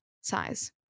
size